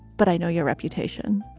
but i know your reputation.